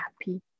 happy